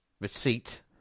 receipt